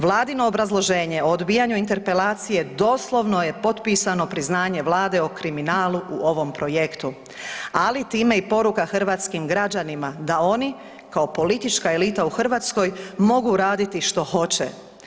Vladino obrazloženje o odbijanju interpelacije doslovno je potpisano priznanje Vlade o kriminalu u ovom projektu, ali time i poruka hrvatskim građanima, da oni kao politička elita u Hrvatskoj mogu raditi što hoće.